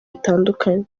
bitandukanye